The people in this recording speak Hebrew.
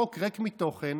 חוק ריק מתוכן.